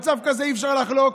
על צו כזה אי-אפשר לחלוק,